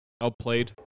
outplayed